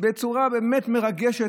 בצורה מרגשת,